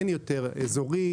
אין יותר אזורית,